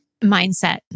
Mindset